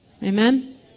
Amen